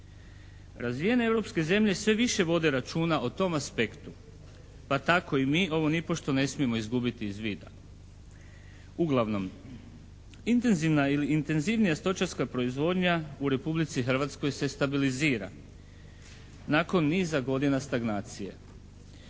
Razvijene europske zemlje sve više vode računa o tom aspektu pa tako i mi ovo nipošto ne smijemo izgubiti iz vida. Uglavnom intenzivna ili intenzivnija stočarska proizvodnja u Republici Hrvatskoj se stabilizira nakon niza godina stagnacije.